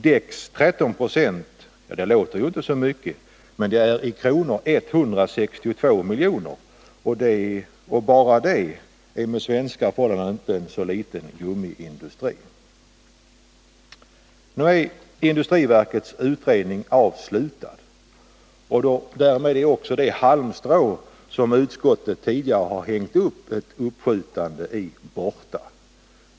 Däcks 13 9 låter inte så mycket men är i kronor 162 miljoner. Bara det är en efter svenska förhållanden inte så liten gummiindustri. Industriverkets utredning är nu avslutad. Därmed är också det halmstrå borta som utskottet tidigare hängt upp ett uppskjutande på.